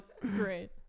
great